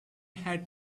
had